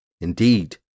Indeed